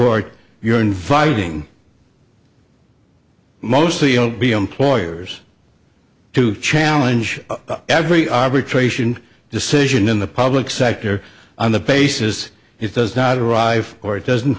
court you're inviting mostly o b employers to challenge every arbitration decision in the public sector on the basis it does not arrive or it doesn't